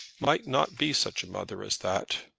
might not be such a mother as that.